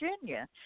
Virginia